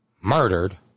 murdered